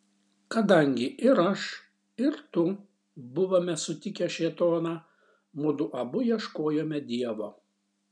kadangi ir aš ir tu buvome sutikę šėtoną mudu abu ieškojome dievo